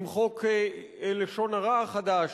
עם חוק לשון הרע החדש,